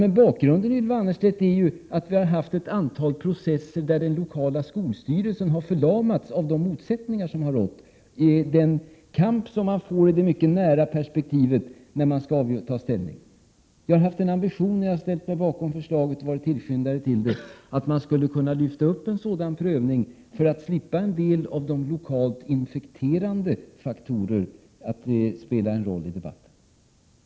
Men bakgrunden är, Ylva Annerstedt, att vi har ett antal processer där den lokala skolstyrelsen har förlamats av de motsättningar som har rått i den kamp som ofta uppstår när man skall ta ställning i ett nära perspektiv. Jag har haft ambitionen när jag har ställt mig bakom förslaget och varit tillskyndare till det att man skulle kunna lyfta upp en sådan prövning för att slippa en del av de infekterande faktorer som kan spela en roll i den lokala debatten.